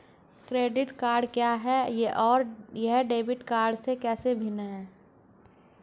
Credit card क्या है और यह डेबिट कार्ड से कैसे भिन्न है?